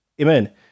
Amen